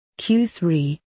Q3